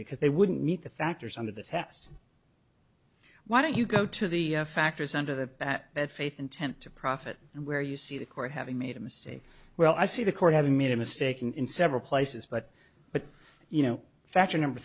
because they wouldn't meet the factors under the test why don't you go to the factors under the bed faith intent to profit and where you see the court having made a mistake well i see the court having made a mistake in several places but you know factor number